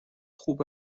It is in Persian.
خوب